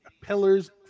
Pillars